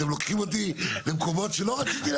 אתם לוקחים אותי למקומות שלא רציתי להגיע אליהם.